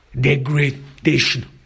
degradation